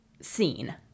scene